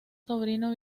sobrino